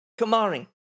Kamari